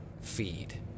feed